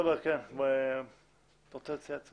תומר, אתה רוצה להציע הצעה?